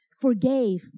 forgave